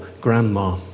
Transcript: grandma